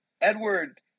Edward